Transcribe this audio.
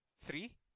Three